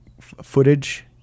footage